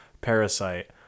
parasite